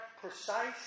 precise